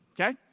Okay